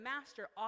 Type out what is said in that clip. master